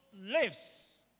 lives